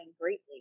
greatly